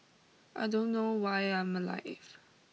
I don't know why I'm alive